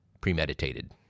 premeditated